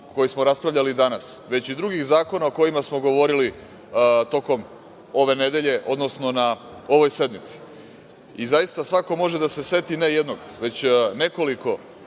koji smo raspravljali danas, već i drugih zakona o kojima smo govorili tokom ove nedelje, odnosno na ovoj sednici. Zaista, svako može da se seti ne jednog, već nekoliko